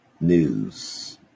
News